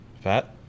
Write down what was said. Fat